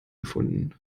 gefunden